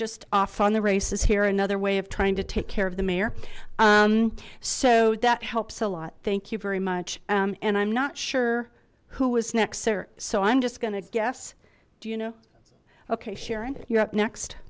just off on the races here another way of trying to take care of the mayor so that helps a lot thank you very much and i'm not sure who was next sir so i'm just gonna guess do you know okay sharon you're up next